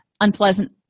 unpleasant